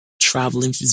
traveling